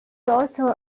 also